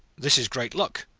this is great luck,